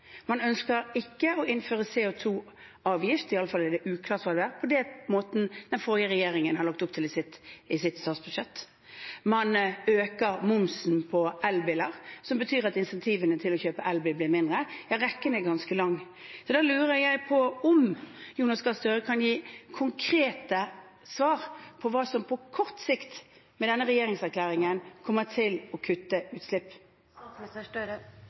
er det uklart – den forrige regjeringen har lagt opp til i sitt statsbudsjett. Man øker momsen på elbiler, som betyr at insentivene for å kjøpe elbil blir mindre. Rekken er ganske lang. Da lurer jeg på om Jonas Gahr Støre kan gi konkrete svar på hva i denne regjeringserklæringen som på kort sikt kommer til å kutte